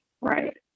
right